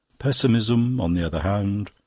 pessimism, on the other hand,